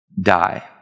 die